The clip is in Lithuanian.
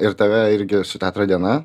ir tave irgi su teatro diena